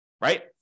right